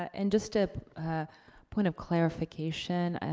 and just a point of clarification,